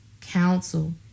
counsel